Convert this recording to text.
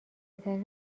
ترین